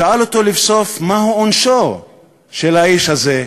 הוא שאל אותו לבסוף: מהו עונשו של האיש הזה?